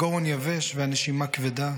/ הגרון יבש, והנשימה כבדה,